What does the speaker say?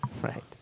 Right